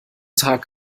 tag